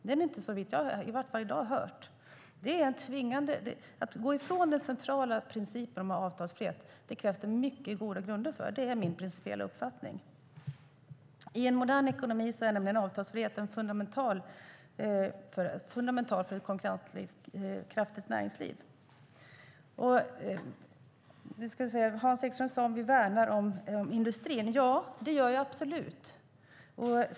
Det har jag i alla fall inte i dag hört något om. Min principiella uppfattning är att det krävs mycket goda grunder för att gå ifrån den centrala principen om avtalsfrihet. I en modern ekonomi är nämligen avtalsfriheten fundamental för ett konkurrenskraftigt näringsliv. Hans Ekström frågade om vi värnar om industrin. Ja, det gör vi absolut.